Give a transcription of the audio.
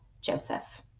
Joseph